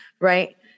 right